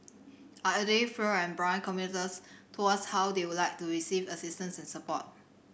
our elderly frail and blind commuters told us how they would like to receive assistance and support